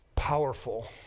powerful